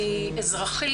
אני אזרחית,